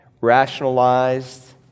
rationalized